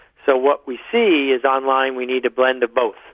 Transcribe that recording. so what we see is online we need a blend of both.